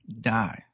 die